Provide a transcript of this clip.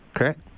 Okay